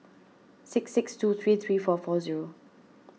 six six two three three four four zero